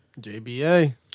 JBA